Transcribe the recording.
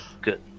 good